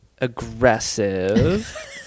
aggressive